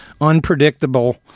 unpredictable